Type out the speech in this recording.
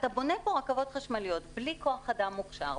אתה בונה פה רכבות חשמליות בלי כוח אדם מוכשר,